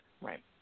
right